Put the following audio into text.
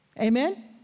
Amen